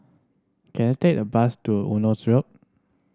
can I take a bus to Eunos Road